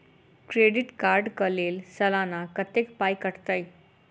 Credit card कऽ लेल सलाना कत्तेक पाई कटतै?